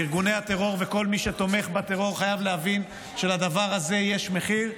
וארגוני הטרור וכל מי שתומך בטרור חייבים להבין שלדבר הזה יש מחיר.